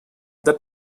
that